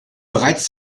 bereits